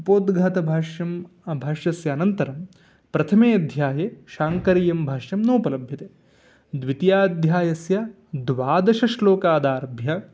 उपोद्घातभाष्यं भाष्यस्य अनन्तरं प्रथमे अध्याये शाङ्करीयं भाष्यं नोपलभ्यते द्वितीयाध्यायस्य द्वादशश्लोकादारभ्य